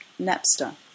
Napster